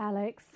Alex